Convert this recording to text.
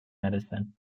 medicine